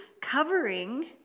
Covering